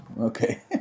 Okay